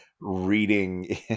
reading